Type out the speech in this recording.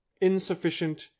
insufficient